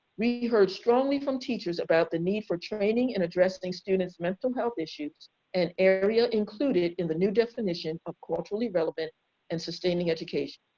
we heard strongly from teachers about the need for training and addressing students mental health issues and area included in the new definition of culturally relevant and sustaining education.